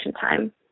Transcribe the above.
time